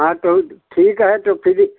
हाँ तो ठीक है तो फिर